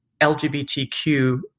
LGBTQ